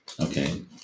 Okay